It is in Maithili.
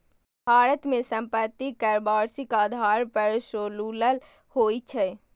भारत मे संपत्ति कर वार्षिक आधार पर ओसूलल जाइ छै